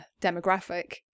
demographic